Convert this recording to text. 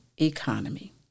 economy